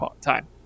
time